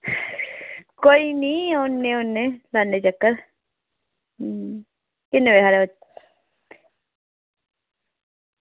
कोई निं औन्ने औन्ने लान्ने चक्कर किन्ने बजे हारे